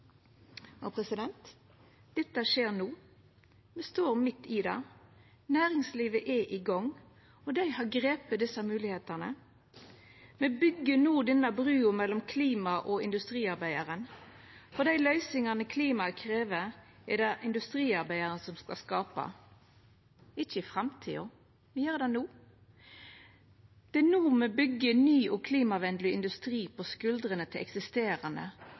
Dette skjer no. Me står midt i det. Næringslivet er i gong. Dei har gripe desse moglegheitene. Me byggjer no den brua mellom klimaet og industriarbeidaren. For dei løysingane klimaet krev, er det industriarbeidaren som skal skapa, ikkje i framtida, men dei gjer det no. Det er no me byggjer ny og klimavennleg industri på skuldrane til den eksisterande,